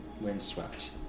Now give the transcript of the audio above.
windswept